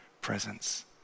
presence